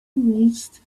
reached